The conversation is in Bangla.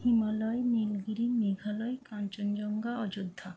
হিমালয় নীলগিরি মেঘালয় কাঞ্চনজঙ্ঘা অযোধ্যা